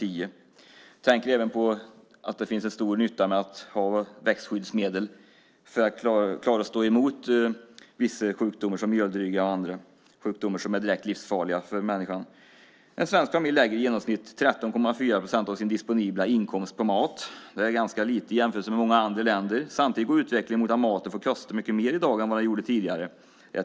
Jag tänker även på att det finns en stor nytta med att ha växtskyddsmedel för att klara att stå emot vissa sjukdomar som mjöldryga och andra som är direkt livsfarliga för människan. En svensk familj lägger i genomsnitt 13,4 procent av sin disponibla inkomst på mat. Det är ganska lite i jämförelse med många andra länder. Samtidigt går utvecklingen i riktning mot att maten får kosta mycket mer i dag än vad den gjorde tidigare.